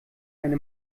eine